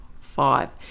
five